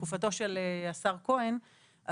בתקופתו של השר כהן,